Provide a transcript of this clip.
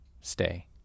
stay